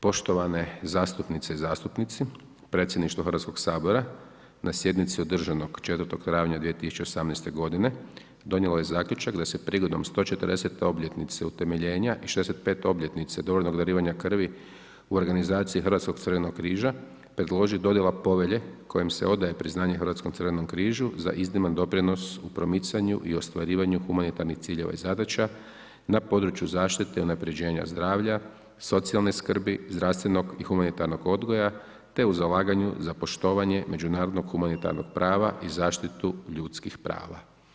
Poštovane zastupnice i zastupnici Predsjedništvo Hrvatskoga sabora na sjednici održanoj 4. travnja 2018. godine donijelo je zaključak da se prigodom 140 obljetnice utemeljena i 65 obljetnice dobrovoljnog darivanja krvi u organizaciji Hrvatskog crvenog križa predloži dodjela Povelje kojom se odaje priznanje Hrvatskom crvenom križu za izniman doprinos u promicanju i ostvarivanju humanitarnih ciljeva i zadaća na području zaštite i unapređenja zdravlja, socijalne skrbi, zdravstvenog i humanitarnog odgoja te u zalaganju za poštovanje međunarodnog humanitarnog prava i zaštitu ljudskih prava.